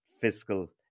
fiscal